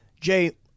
Jay